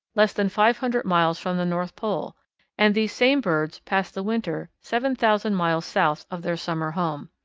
less than five hundred miles from the north pole and these same birds pass the winter seven thousand miles south of their summer home.